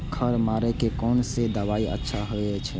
खर मारे के कोन से दवाई अच्छा होय छे?